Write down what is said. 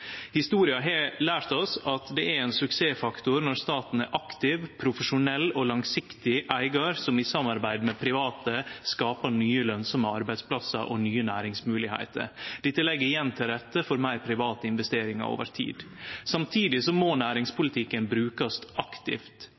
Historia har lært oss at det er ein suksessfaktor når staten er ein aktiv, profesjonell og langsiktig eigar som i samarbeid med private skaper nye, lønsame arbeidsplassar og nye næringsmoglegheiter. Dette legg igjen til rette for fleire private investeringar over tid. Samtidig må næringspolitikken brukast aktivt,